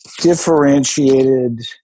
differentiated